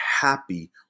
happy